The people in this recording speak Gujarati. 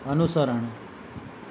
અનુસરણ